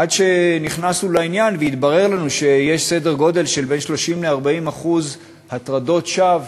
עד שנכנסנו לעניין והתברר לנו שיש בין 30% ל-40% הטרדות שווא,